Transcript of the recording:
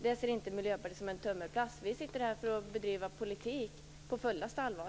Det ser inte Miljöpartiet som en tummelplats. Vi sitter här för att bedriva politik på fullaste allvar.